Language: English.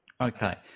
Okay